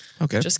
Okay